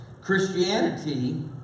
Christianity